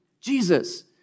Jesus